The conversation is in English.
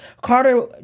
Carter